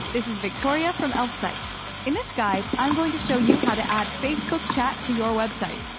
this is victoria from elfsight in this guide i'm going to show you how to add facebook chat to your website.